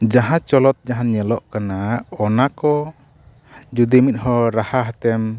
ᱡᱟᱦᱟᱸ ᱪᱚᱞᱚᱛ ᱡᱟᱦᱟᱸ ᱧᱮᱞᱚᱜ ᱠᱟᱱᱟ ᱚᱱᱟ ᱠᱚ ᱡᱩᱫᱤ ᱢᱤᱫ ᱦᱚᱲ ᱨᱟᱦᱟ ᱟᱛᱮᱢ